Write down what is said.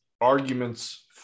arguments